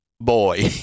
boy